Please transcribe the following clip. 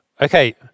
Okay